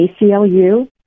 ACLU